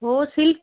हो सिल्क